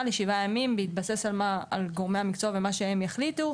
עד שבעה ימים בהתבסס על גורמי המקצוע ומה שהם יחליטו,